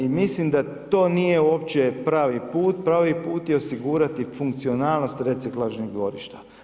I mislim da to nije uopće pravi put, pravi put je osigurati funkcionalnost reciklažnih dvorišta.